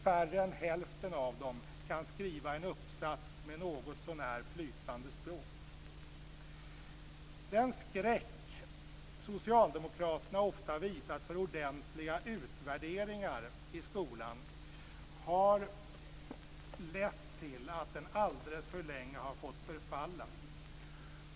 Färre än hälften av dem kan skriva en uppsats med något så när flytande språk. Den skräck som socialdemokraterna ofta visat för ordentliga utvärderingar i skolan har lett till att skolan alldeles för länge fått förfalla.